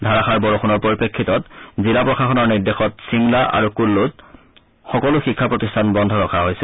ধাৰাসাৰ বৰষুণৰ পৰিপ্ৰেক্ষিতত জিলা প্ৰশাসনৰ নিৰ্দেশত চিমলা আৰু কুল্লুত সকলো শিক্ষা প্ৰতিষ্ঠান বন্ধ ৰখা হৈছে